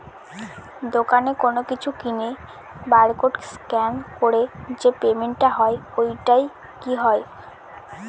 দোকানে কোনো কিছু কিনে বার কোড স্ক্যান করে যে পেমেন্ট টা হয় ওইটাও কি হয়?